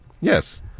Yes